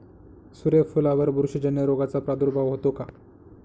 सूर्यफुलावर बुरशीजन्य रोगाचा प्रादुर्भाव होतो का?